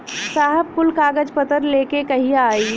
साहब कुल कागज पतर लेके कहिया आई?